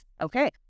okay